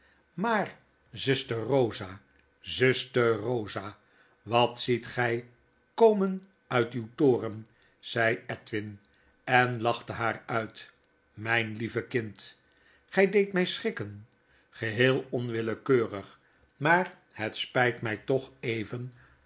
maar zuster rosa zuster rosa wat ziet gy komen uit uw toren zei edwin en lachte haar uit myn lieve kind gy deedt my schrikken geheel onwlllekeurig maar het spyt my toch even